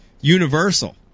Universal